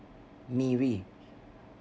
Miri